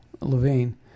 Levine